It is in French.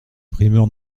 primeurs